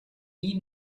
nie